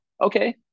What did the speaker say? Okay